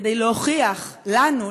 כדי להוכיח לנו,